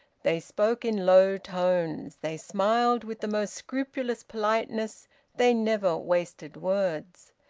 they spoke in low tones they smiled with the most scrupulous politeness they never wasted words.